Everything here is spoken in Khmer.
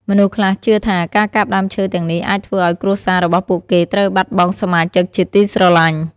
មនុស្សខ្លះជឿថា ការកាប់ដើមឈើទាំងនេះអាចធ្វើឱ្យគ្រួសាររបស់ពួកគេត្រូវបាត់បង់សមាជិកជាទីស្រឡាញ់។